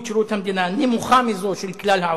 שירות המדינה נמוכה מזו של כלל העובדים.